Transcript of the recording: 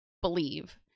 believe